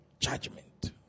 judgment